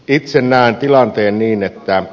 itse näen tilanteen niin että